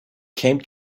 came